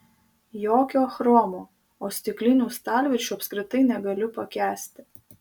jokio chromo o stiklinių stalviršių apskritai negaliu pakęsti